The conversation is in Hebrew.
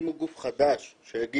תקימו גוף חדש שיגיד,